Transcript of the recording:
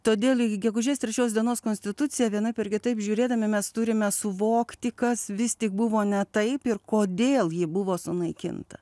todėl iki gegužės trečios dienos konstituciją vienaip ar kitaip žiūrėdami mes turime suvokti kas vis tik buvo ne taip ir kodėl ji buvo sunaikinta